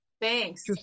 thanks